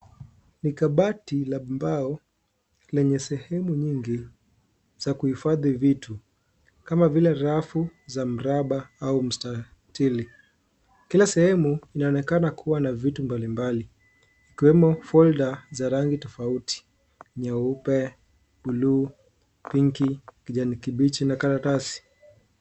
Ni kabati la mbao lenye sehemu nyingi za kuhifadhi vitu, kama vile faru za mraba au mstatili, kila sehemu inaonekana kuwa na vitu mbalimbali ikiwemo folder za rangi tofauti nyeupe, blue, pink ,kijanikibichi na karatasi.